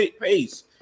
pace